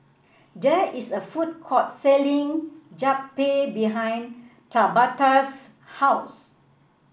there is a food court selling Japchae behind Tabatha's house